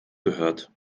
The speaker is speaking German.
gehört